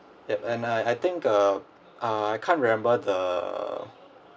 yup and I I think err uh I can't remember the